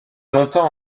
longtemps